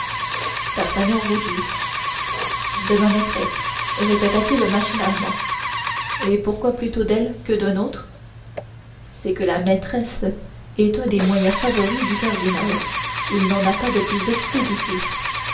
d'artagnan rougit de ma maîtresse répéta-t-il machinalement et pourquoi plutôt d'elle que d'un autre c'est que la maîtresse est un des moyens favoris du cardinal il n'en a pas de plus expéditif